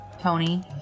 Tony